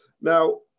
Now